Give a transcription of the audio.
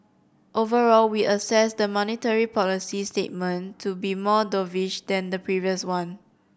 overall we assess the monetary policy statement to be more dovish than the previous one